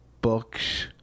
books